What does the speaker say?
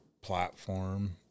platform